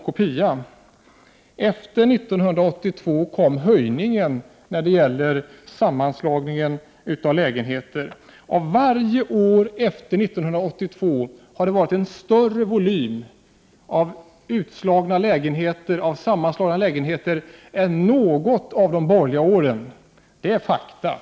Efter 1982 kom höjningen när det gäller sammanslagningen av lägenheter. Varje år efter 1982 har det varit en större volym sammanslagna lägenheter än under något av de borgerliga åren. Det är ett faktum.